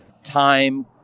time